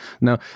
Now